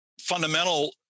fundamental